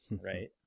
Right